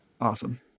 Awesome